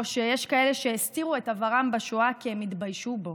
או שיש כאלה שהסתירו את עברם בשואה כי הם התביישו בו.